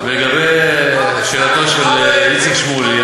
לגבי שאלתו של איציק שמולי,